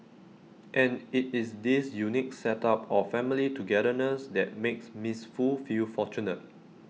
and IT is this unique set up of family togetherness that makes miss Foo feel fortunate